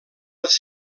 les